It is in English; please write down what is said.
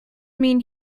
mean